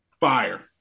Fire